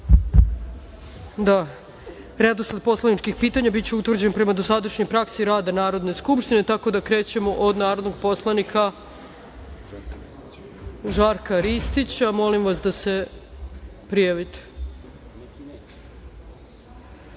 uvek redosled poslaničkih pitanja biće utvrđen prema dosadašnjoj praksi rada Narodne skupštine, tako da krećemo od narodnog poslanika Žarka Ristića. Molim vas da se prijavite. Onda